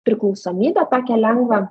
priklausomybę tokią lengvą